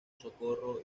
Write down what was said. socorro